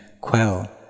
quell